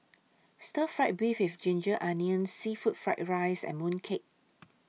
Stir Fry Beef with Ginger Onions Seafood Fried Rice and Mooncake